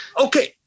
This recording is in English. Okay